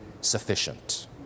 sufficient